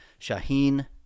Shaheen